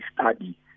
study